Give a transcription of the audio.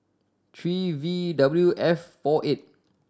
three V W F four eight